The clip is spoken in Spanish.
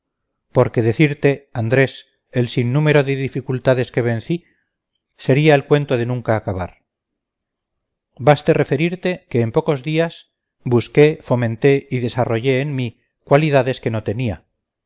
porque decirte andrés el sin número de dificultades que vencí sería el cuento de nunca acabar baste referirte que en pocos días busque fomenté y desarrollé en mí cualidades que no tenía